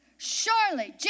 Surely